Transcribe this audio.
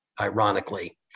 ironically